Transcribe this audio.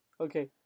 Okay